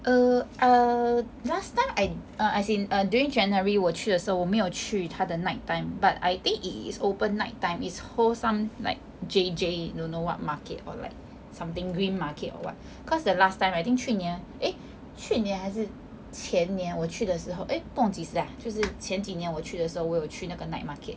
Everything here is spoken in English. err err last time I err as in err during january 我去的时候我没有去他的 night time but I think it is open night time is called some like J_J don't know what market or like something green market or what cause the last time I think 去年 eh 去年还是前年我去的时候 eh 不懂几时 lah 就是前几年我去的时候我有去那个 night market